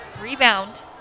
Rebound